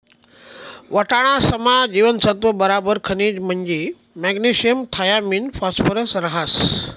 वाटाणासमा जीवनसत्त्व बराबर खनिज म्हंजी मॅग्नेशियम थायामिन फॉस्फरस रहास